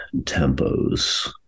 tempos